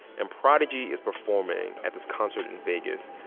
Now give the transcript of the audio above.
and prodigy is performing at this concert in vegas.